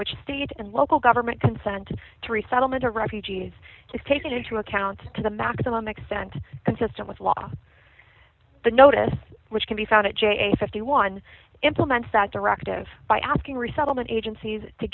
which state and local government consent to resettlement of refugees is taken into account to the maximum extent consistent with law the notice which can be found at j a fifty one dollars implements that directive by asking resettlement agencies to